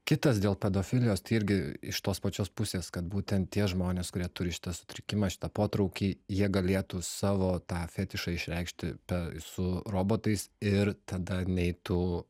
kitas dėl pedofilijos irgi iš tos pačios pusės kad būtent tie žmonės kurie turi šitą sutrikimą šitą potraukį jie galėtų savo tą fetišą išreikšti pe su robotais ir tada neitų